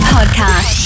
Podcast